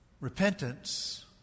Repentance